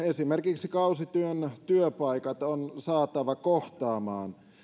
esimerkiksi kausityön työpaikat on saatava kohtaamaan